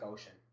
Ocean